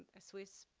a swiss,